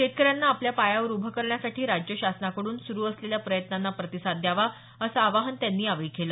शेतकऱ्यांना आपल्या पायावर उभं करण्यासाठी राज्य शासनाकडून सुरु असलेल्या प्रयत्नांना प्रतिसाद द्यावा असं आवाहन त्यांनी यावेळी केलं